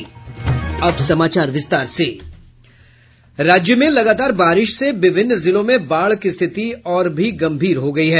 राज्य में लगातार बारिश से विभिन्न जिलों में बाढ़ की स्थिति और भी गंभीर हो गई है